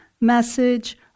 message